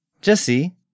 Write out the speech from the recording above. Jesse